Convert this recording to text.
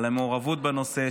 על המעורבות בנושא,